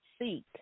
seek